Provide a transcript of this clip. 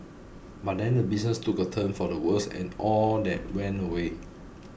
but then the business took a turn for the worse and all that went away